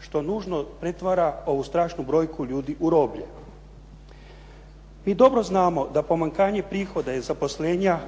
što nužno pretvara ovu strašnu brojku ljudi u roblje. Mi dobro znamo da pomanjkanje prihoda iz zaposlenja,